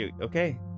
okay